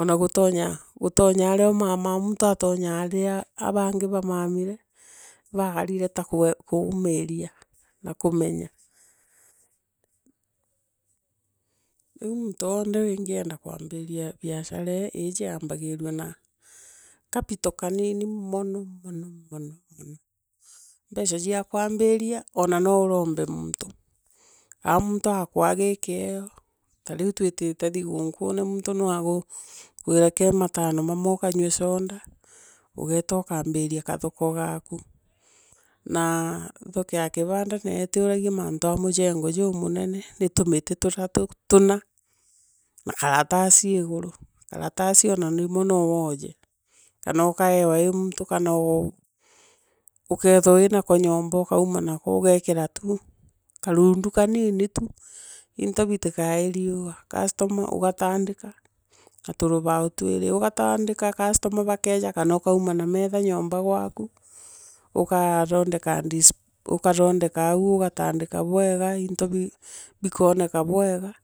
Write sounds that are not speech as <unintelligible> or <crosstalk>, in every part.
Ona gutonya gutonya aria umamaa muntu atonyaa ria a bangi bamamire bakarire ta kwa kuumuria na kumenya <hesitation> Ria muntu wonthe wingene na kuambiiria biashara iiyi yaambagiirua na capital kaniini mono mono mono mono mbeea cia kuambiria ona noa urombe muntu kaa muntu gi kiewa kaa riu tuitiite thigunkune muntu noa kuiire ka matano aya ukanywe soda ugaeta ukaambiiria kathoko gaku Naa thoko ya kibanda neo itiuragia mantu ya mujengo yumunene ni tumiti tuthatu tuna na karatasi iguru. Karatasi ona rimwe noguoye kana ukaegwa ii muntu kana <hesitation> ukaithirwa gwi nako nyomba ukauma nako ugaikira tu karundu kanini tu into bitikaie irua kastoma ugatandika ma turuba twiri ugatandika kastoma bakeiya kana ukauma na metha nyomba gwaku ukathondeka <unintelligible> ukathondeka aguu ugatandika bweega into bi bikooneka bwega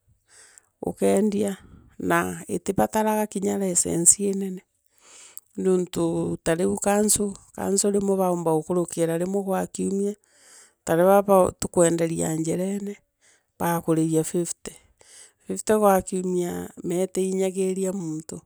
ukendia na itibataega kinya kicense inene niuntu ta riu kanco kanco rimwe baumba gukurukiira rimwe gwa kiumia tarira bau tukuenderia njirene baakurijia fifte fifte gwa kiumia mea itiinyagiiria muntu.